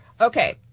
Okay